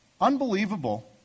Unbelievable